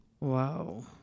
Wow